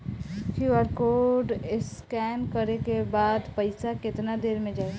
QR code scan करे क बाद पइसा केतना देर म जाई?